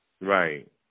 Right